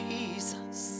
Jesus